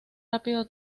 rápido